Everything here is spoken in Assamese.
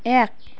এক